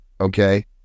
okay